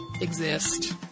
exist